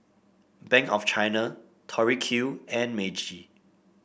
Bank of China Tori Q and Meiji